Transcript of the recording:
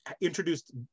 introduced